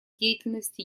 деятельности